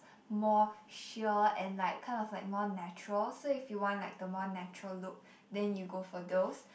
more sheer and like kind of like more natural so if you want like the more natural look then you go for those